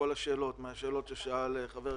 מה נעשה ביום שאחרי?